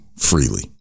Freely